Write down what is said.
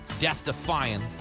death-defying